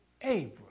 Abram